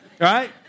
right